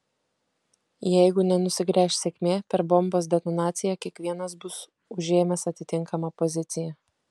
jeigu nenusigręš sėkmė per bombos detonaciją kiekvienas bus užėmęs atitinkamą poziciją